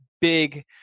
big